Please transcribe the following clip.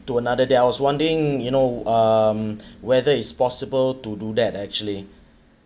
to another day I was wondering you know um whether it's possible to do that actually